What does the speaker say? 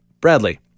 Bradley